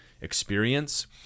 experience